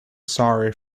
sorry